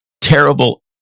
terrible